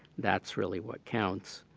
that's really what counts.